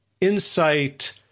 insight